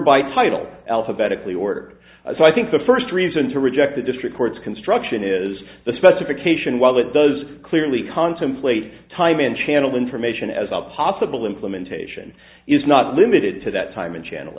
by title alphabetically ordered so i think the first reason to reject the district court's construction is the specification while it does clearly contemplate time and channel information as a possible implementation is not limited to that time and channel